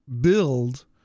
build